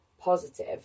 positive